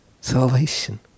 salvation